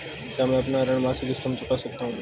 क्या मैं अपना ऋण मासिक किश्तों में चुका सकता हूँ?